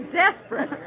desperate